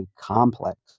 complex